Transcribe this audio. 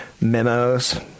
memos